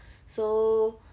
so